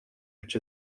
which